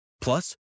Plus